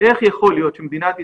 איך יכול להיות שבמדינת ישראל,